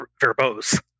verbose